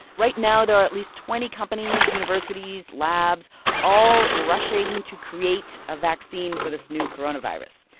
right now, there are at least twenty companies, universities, labs all rushing to create a vaccine for this new coronavirus.